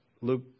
Luke